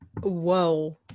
Whoa